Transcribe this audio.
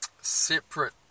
separate